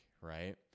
right